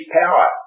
power